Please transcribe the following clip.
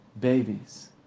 Babies